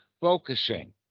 focusing